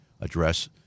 address